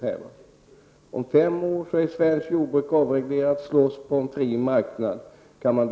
Går det att bortse från all lönsamhet om svenskt jordbruk om fem år skall slåss på en fri marknad?